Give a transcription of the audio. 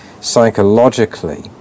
psychologically